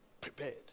Prepared